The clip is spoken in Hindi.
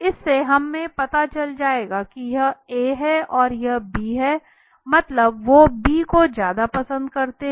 इससे हमें पता चल जाएगा कि यह A है और यह B है मतलब वो B को ज्यादा पसंद करते हैं